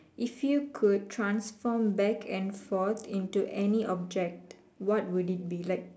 if you could transform back and forth into any object what would it be like